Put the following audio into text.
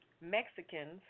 Mexicans